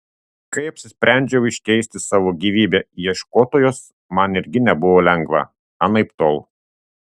kai apsisprendžiau iškeisti savo gyvybę į ieškotojos man irgi nebuvo lengva anaiptol